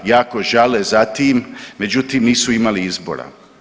Jako žale za tim, međutim nisu imali izbora.